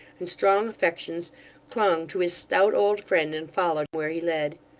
and strong affections clung to his stout old friend, and followed where he led.